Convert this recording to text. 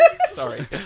Sorry